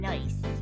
Nice